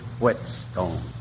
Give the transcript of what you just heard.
whetstone